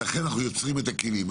ולכן אנחנו יוצרים כלים.